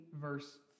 verse